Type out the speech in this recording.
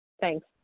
Thanks